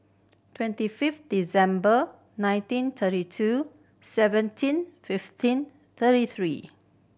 twenty fifth December nineteen thirty two seventeen fifteen thirty three